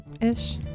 ish